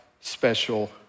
special